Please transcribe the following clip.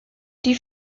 die